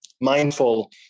mindful